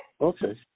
Okay